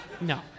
No